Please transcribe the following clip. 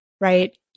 right